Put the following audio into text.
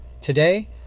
Today